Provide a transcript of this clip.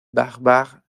barbares